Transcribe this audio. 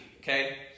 okay